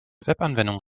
webanwendung